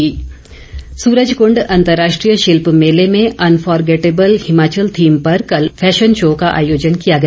शिल्प मेला सूरजकुंड अंतर्राष्ट्रीय शिल्प मेले में अनफोरगेटेबल हिमाचल थीम पर कल फैशन शो का आयोजन किया गया